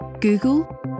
Google